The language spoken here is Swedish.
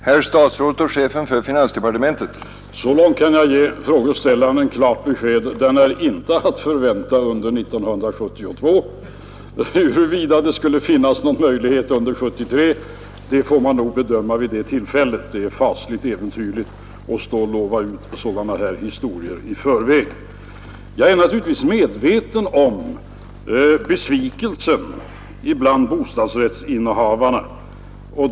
Herr talman! Så långt kan jag ge frågeställaren ett klart besked: Någon proposition är inte att förvänta under 1972. Huruvida det skulle finnas någon möjlighet under 1973 får man nog bedöma vid det tillfället. Det är fasligt äventyrligt att lova ut sådana här historier i förväg. Jag är naturligtvis medveten om besvikelsen bland bostadsrättsinnehavarna.